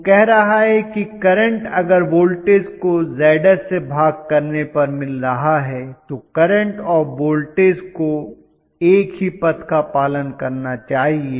वह कह रहा है कि करंट अगर वोल्टेज को Zs से भाग करने पर मिल रहा है तो करंट और वोल्टेज को एक ही पथ का पालन करना चाहिए